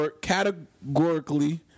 categorically